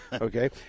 okay